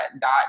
dot